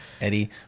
Eddie